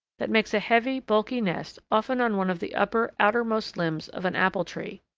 that makes a heavy bulky nest often on one of the upper, outermost limbs of an apple tree.